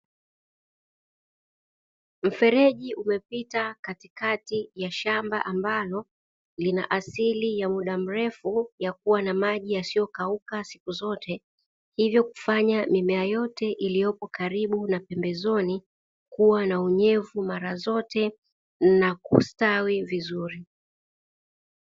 Mfereji umepita katikati ya shamba ambalo lina asili ya muda mrefu ya kuwa na maji yasiyokauka siku zote, hivyo kufanya mimea yote iliyopo karibu na pembezoni kuwa na unyevu mara zote na kustawi vizuri.